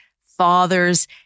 fathers